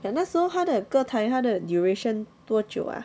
then 那时候他的歌台他的 duration 多久 ah